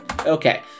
Okay